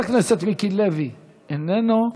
חבר הכנסת מיקי לוי, איננו.